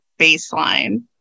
baseline